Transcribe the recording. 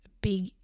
big